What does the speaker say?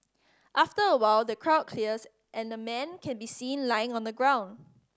after a while the crowd clears and a man can be seen lying on the ground